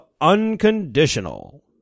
Unconditional